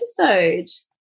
episode